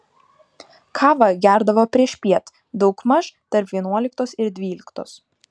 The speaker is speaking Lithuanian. kavą gerdavo priešpiet daugmaž tarp vienuoliktos ir dvyliktos